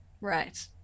Right